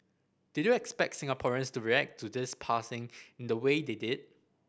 did you expect Singaporeans to react to this passing in the way they did